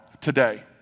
today